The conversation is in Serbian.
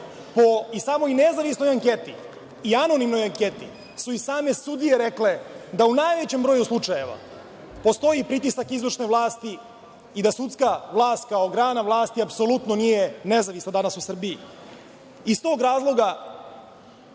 po samoj nezavisnoj anketi i anonimnoj anketi su i same sudije rekle da u najvećem broju slučajeva postoji pritisak izvršne vlasti i da sudska vlast kao grana vlasti apsolutno nije nezavisna danas u Srbiji.